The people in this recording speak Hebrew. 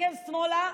מסתכל שמאלה,